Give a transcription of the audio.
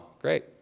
great